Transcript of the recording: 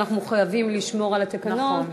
ואנחנו מחויבים לשמור על התקנון.